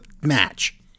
match